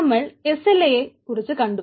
നമ്മൾ S L A യെ കുറിച്ചു കണ്ടു